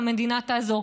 והמדינה תעזור.